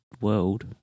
world